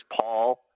Paul